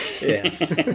yes